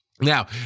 Now